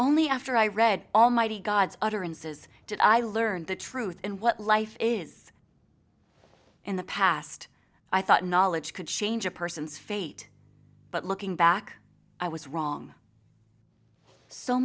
only after i read almighty god's utterances did i learn the truth and what life is in the past i thought knowledge could change a person's fate but looking back i was wrong so